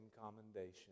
commendation